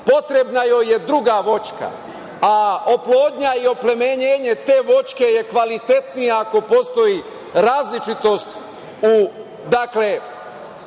Potrebna joj je druga voćka, a oplodnja i oplemenjenje te voćke je kvalitetnija ako postoji različitost u